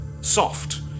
soft